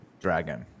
dragon